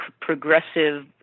progressive